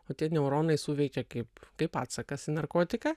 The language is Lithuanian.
o tie neuronai suveikė kaip kaip atsakas į narkotiką